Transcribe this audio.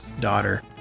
Daughter